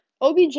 OBJ